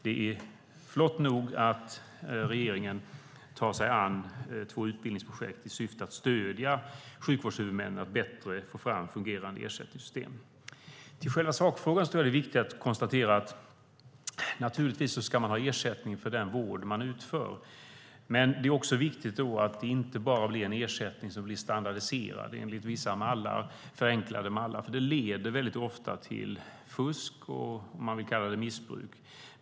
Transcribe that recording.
Det är flott nog att regeringen tar sig an två utbildningsprojekt i syfte att stödja sjukvårdshuvudmännen att få fram bättre fungerande ersättningssystem. Till själva sakfrågan tror jag att det är viktigt att konstatera att man naturligtvis ska ha ersättning för den vård man utför. Men det är också viktigt att det inte blir en ersättning som är standardiserad enligt vissa förenklade mallar, för det leder ofta till fusk och missbruk, om man vill kalla det så.